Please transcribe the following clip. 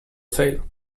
sale